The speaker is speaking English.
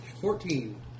Fourteen